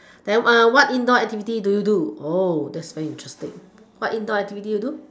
then what indoor activity do you do that's very interesting what indoor activity you do